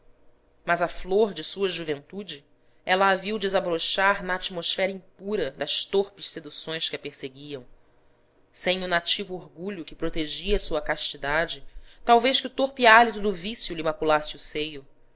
mas a flor de sua juventude ela a viu desabrochar na atmosfera impura das torpes seduções que a perseguiam sem o nativo orgulho que protegia sua castidade talvez que o torpe hálito do vício lhe maculasse o seio